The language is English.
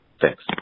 Thanks